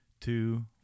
two